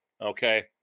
okay